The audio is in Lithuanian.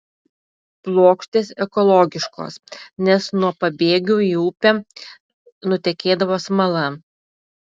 plokštės ekologiškos nes nuo pabėgių į upę nutekėdavo smala